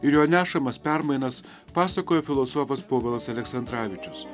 ir jo nešamas permainas pasakojo filosofas povilas aleksandravičius